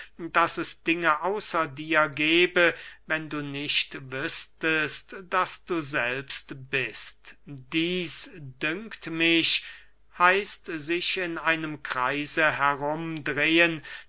daß es dinge außer dir gebe wenn du nicht wüßtest daß du selbst bist dieß dünkt mich heißt sich in einem kreise herum